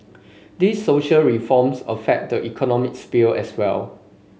these social reforms affect the economic sphere as well